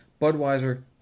Budweiser